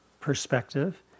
perspective